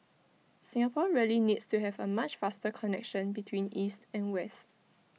Singapore really needs to have A much faster connection between east and west